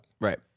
Right